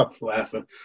laughing